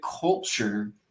culture